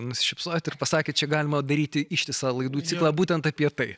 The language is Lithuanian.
nusišypsojot ir pasakėt čia galima daryti ištisą laidų ciklą būtent apie tai